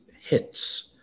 hits